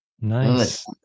Nice